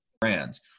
brands